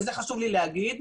וזה חשוב לי להגיד,